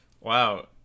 Wow